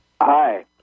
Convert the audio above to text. Hi